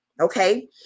okay